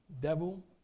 devil